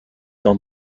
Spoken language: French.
dans